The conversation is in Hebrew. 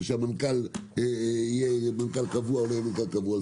או שהמנכ"ל יהיה מנכ"ל קבוע או לא יהיה מנכ"ל קבוע.